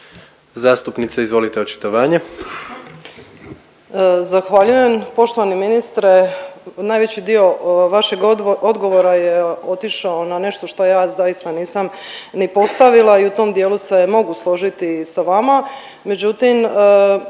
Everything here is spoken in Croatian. Zastupnice izvolite očitovanje.